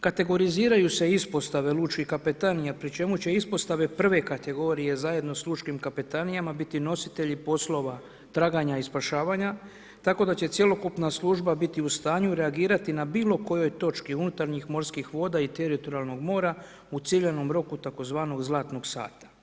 Kategoriziraju se ispostave lučkih kapetanija pri čemu će ispostave prve kategorije zajedno sa lučkim kapetanijama biti nositelji poslova traganja i spašavanja tako da će cjelokupna služba biti u stanju reagirati na bilo kojoj točki unutarnjih morskih voda i teritorijalnog mora u ciljanom roku tzv. zlatnog sata.